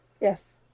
yes